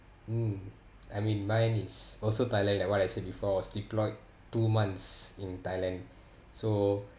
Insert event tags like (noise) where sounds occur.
mm I mean mine is also thailand like what I say before I was deployed two months in thailand (breath) so